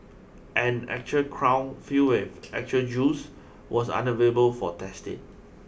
an actual crown filled with actual jewels was unavailable for testing